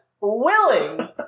willing